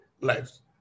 lives